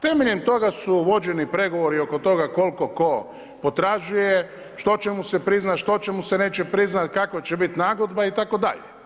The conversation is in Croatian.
Temeljem toga su vođeni progovori oko toga koliko tko potražuje, što će mu se priznati, što mu se neće priznati, kakva će biti nagodba itd.